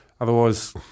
Otherwise